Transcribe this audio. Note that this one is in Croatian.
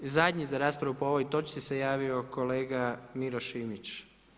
Zadnji za raspravu po ovoj točci se javio kolega Miro Šimić.